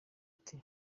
ati